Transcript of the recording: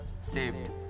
saved